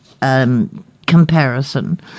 comparison